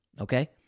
Okay